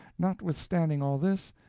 notwithstanding all this,